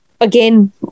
again